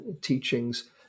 teachings